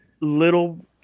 little